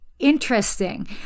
interesting